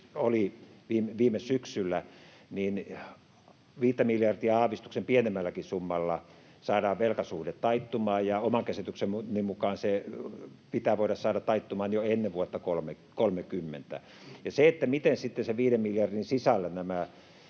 oli viime syksynä, niin 5:tä miljardia aavistuksen pienemmälläkin summalla saadaan velkasuhde taittumaan, ja oman käsitykseni mukaan se pitää voida saada taittumaan jo ennen vuotta 2030. Sitä, miten sitten sen 5 miljardin sisällä nämä